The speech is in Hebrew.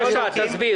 בבקשה, תסביר.